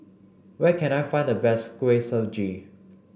where can I find the best Kuih Suji